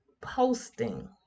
posting